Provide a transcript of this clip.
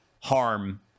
harm